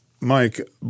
Mike